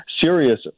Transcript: serious